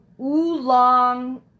oolong